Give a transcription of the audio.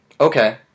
Okay